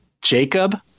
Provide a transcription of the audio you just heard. Jacob